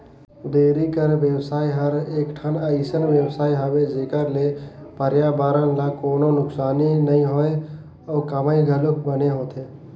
dairy कर बेवसाय हर एकठन अइसन बेवसाय हवे जेखर ले परयाबरन ल कोनों नुकसानी नइ होय अउ कमई घलोक बने होथे